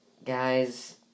Guys